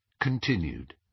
Continued